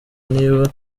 niba